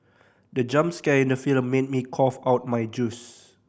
the jump scare in the film made me cough out my juice